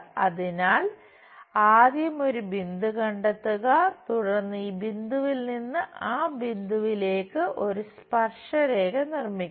അതിനാൽ ആദ്യം ഒരു ബിന്ദു കണ്ടെത്തുക തുടർന്ന് ഈ ബിന്ദുവിൽ നിന്ന് ആ ബിന്ദുവിലേക്കു ഒരു സ്പർശരേഖ നിർമ്മിക്കണം